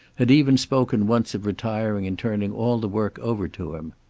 had even spoken once of retiring and turning all the work over to him.